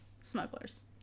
smugglers